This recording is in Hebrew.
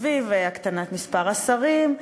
סביב הקטנת מספר השרים,